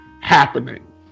happening